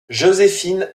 joséphine